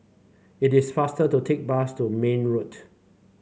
it is faster to take bus to Marne Road